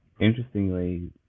Interestingly